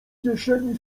kieszeni